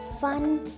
fun